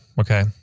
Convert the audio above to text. okay